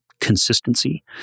consistency